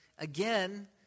again